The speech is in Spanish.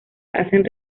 hacen